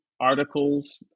articles